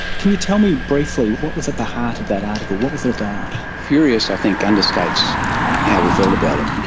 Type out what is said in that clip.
can you tell me briefly, what was at the heart of that article? what was it about? furious, i think, understates how we felt about it.